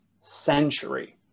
century